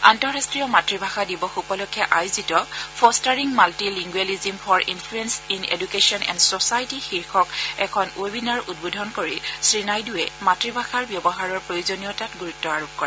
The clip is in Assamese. আন্তঃৰাষ্টীয় মাতৃভাষা দিৱস উপলক্ষে আয়োজিত fostering multilingualism for inclusion in education and society শীৰ্ষক এখন ৱেবিনাৰ উদ্বোধন কৰি শ্ৰীনাইডুৱে মাতৃভাষাৰ ব্যৱহাৰৰ প্ৰয়োজনীয়তাত গুৰুত্ আৰোপ কৰে